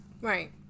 right